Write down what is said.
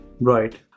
right